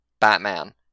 Batman